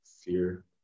fear